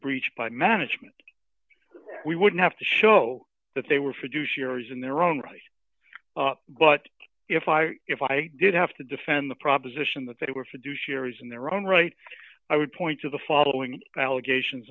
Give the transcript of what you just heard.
breach by management we would have to show that they were fiduciary in their own right but if i if i did have to defend the proposition that they were to do shares in their own right i would point to the following allegations